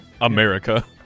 America